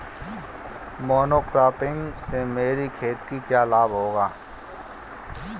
Monocropping से मेरी खेत को क्या लाभ होगा?